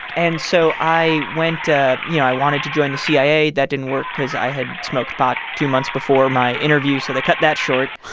and so i went you know, i wanted to join the cia. that didn't work because i had smoked pot two months before my interview, so they cut that short.